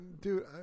Dude